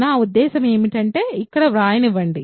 నా ఉద్దేశ్యం ఏమిటంటే ఇక్కడ వ్రాయనివ్వండి